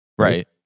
Right